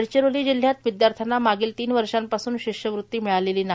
गडचिरोली जिल्ह्यात विद्याश्यांना मागिल तीन वर्षांपासून शिष्यवृती मिळालेली नाही